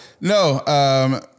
No